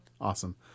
Awesome